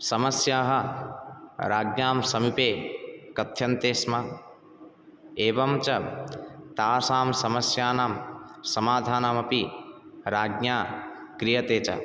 समस्याः राज्ञां समिपे कथ्यन्ते स्म एवं च तासां समस्यानां समाधानमपि राज्ञा क्रीयते च